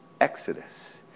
exodus